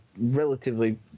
relatively